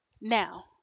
Now